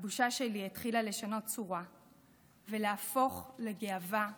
הבושה שלי התחילה לשנות צורה ולהפוך לגאווה אדירה.